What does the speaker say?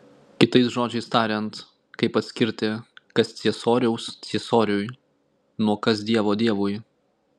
kitais žodžiais tariant kaip atskirti kas ciesoriaus ciesoriui nuo kas dievo dievui